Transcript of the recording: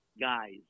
guys